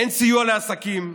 אין סיוע לעסקים,